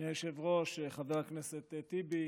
אדוני היושב-ראש, חבר הכנסת טיבי,